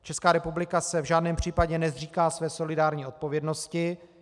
Česká republika se v žádném případě nezříká své solidární odpovědnosti.